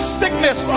sickness